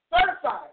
Certified